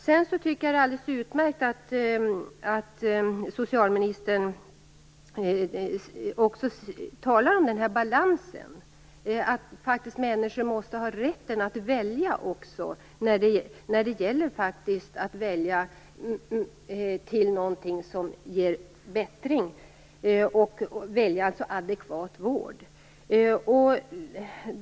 Det är alldeles utmärkt att socialministern talar om balans, och att människor måste ha rätt att välja adekvat vård - någonting som ger bättring.